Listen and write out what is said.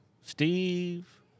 Steve